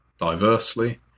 diversely